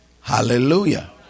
Hallelujah